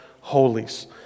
holies